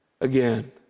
again